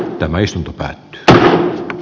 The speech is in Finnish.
tämä istunto pää ja a